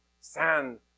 Sand